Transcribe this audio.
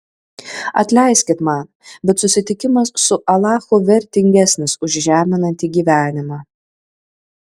atleiskit man bet susitikimas su alachu vertingesnis už žeminantį gyvenimą